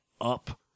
up